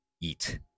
eat